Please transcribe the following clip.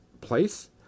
place